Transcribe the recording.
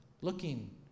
looking